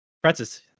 Francis